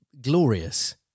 glorious